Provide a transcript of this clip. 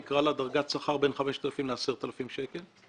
נקרא לה דרגת שכר בין 5,000 ל-10,000 שקלים,